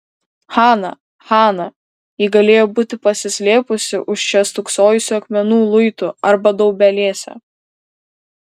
hana hana ji galėjo būti pasislėpusi už čia stūksojusių akmenų luitų arba daubelėse